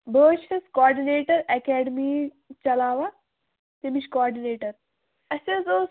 بہٕ حظ چھَس کاڈِنیٹَر اکیڈمی چَلاوان تَمِچ کاڈِنیٹَر اَسہِ حظ اوس